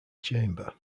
chamber